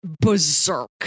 berserk